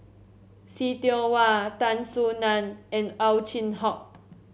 See Tiong Wah Tan Soo Nan and Ow Chin Hock